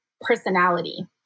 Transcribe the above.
personality